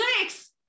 Six